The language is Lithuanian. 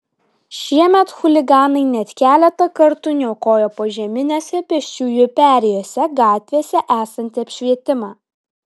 šiemet chuliganai net keletą kartų niokojo požeminėse pėsčiųjų perėjose gatvėse esantį apšvietimą